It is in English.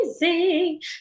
amazing